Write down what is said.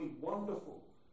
wonderful